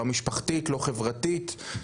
לא משפחתית ולא חברתית.